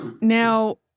Now